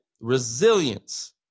Resilience